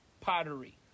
pottery